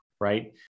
right